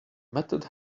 method